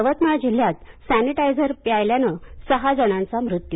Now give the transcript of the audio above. यवतमाळ जिल्ह्यात सेनिटायझर पिल्याने सहा जणांचा मृत्यू